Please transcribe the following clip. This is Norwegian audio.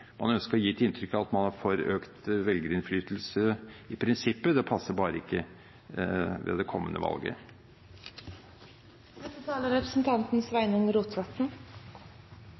økt velgerinnflytelse i prinsippet, det passer bare ikke ved det kommende